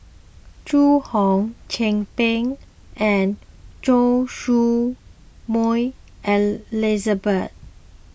Zhu Hong Chin Peng and Choy Su Moi Elizabeth